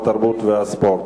התרבות והספורט.